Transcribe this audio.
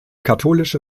katholische